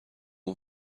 اون